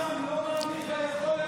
מאה אחוז.